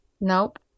Nope